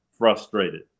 Frustrated